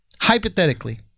hypothetically